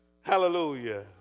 Hallelujah